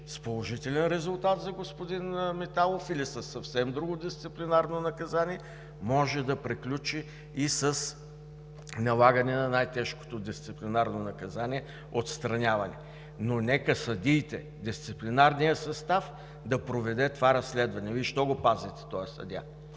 с положителен резултат за господин Миталов или със съвсем друго дисциплинарно наказание, може да приключи и с налагане на най-тежкото дисциплинарно наказание „отстраняване“. Но нека съдиите – дисциплинарният състав, да проведе това разследване. Вие защо го пазите този съдия?